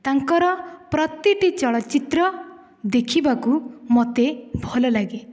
ତାଙ୍କର ପ୍ରତିଟି ଚଳଚ୍ଚିତ୍ର ଦେଖିବାକୁ ମୋତେ ଭଲ ଲାଗେ